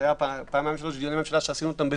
מספר פעמים עשינו דיוני ממשלה בזום.